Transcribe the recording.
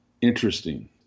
Interesting